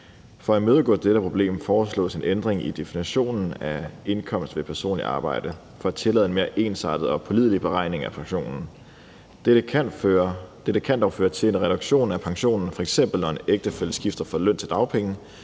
For at imødegå dette problem foreslås der en ændring i definitionen af indkomst ved personligt arbejde, altså for at tillade en mere ensartet og pålidelig beregning af pensionen. Dette kan dog føre til en reduktion af pensionen, f.eks. når en ægtefælle skifter fra løn til dagpenge,